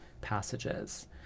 passages